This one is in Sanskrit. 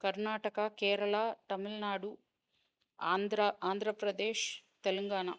कर्नाटकः केरलः तमिल्नाडुः आन्ध्रा आन्ध्रप्रदेशः तेलङ्गना